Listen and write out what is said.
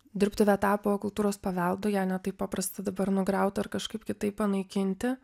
dirbtuvė tapo kultūros paveldu ją ne taip paprasta dabar nugriau ar kažkaip kitaip panaikinti